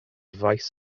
faes